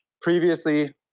previously